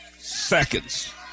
seconds